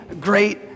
great